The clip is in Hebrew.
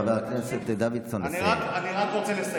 חבר הכנסת דוידסון, נא לסיים.